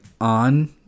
on